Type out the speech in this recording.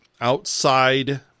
outside